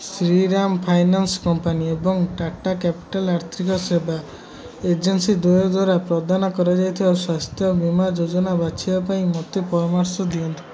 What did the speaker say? Shriram finance company ଏବଂ Tata capital ଆର୍ଥିକ ସେବା ଏଜେନ୍ସି ଦ୍ୱୟ ଦ୍ଵାରା ପ୍ରଦାନ କରାଯାଇଥିବା ସ୍ୱାସ୍ଥ୍ୟ ବୀମା ଯୋଜନା ବାଛିବା ପାଇଁ ମୋତେ ପରାମର୍ଶ ଦିଅନ୍ତୁ